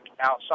outside